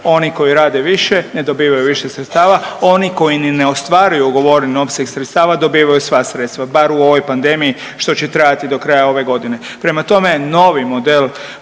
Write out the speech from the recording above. Oni koji rade više ne dobivaju više sredstava, a oni koji ni ne ostvaruju ugovoreni opseg sredstava dobivaju sva sredstva bar u ovoj pandemiji što će trajati do kraja ove godine. Prema tome, novi model